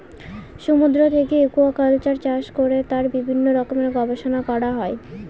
সমুদ্র থেকে একুয়াকালচার চাষ করে তার বিভিন্ন রকমের গবেষণা করা হয়